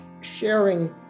sharing